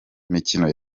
mikino